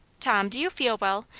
tom, do you feel well?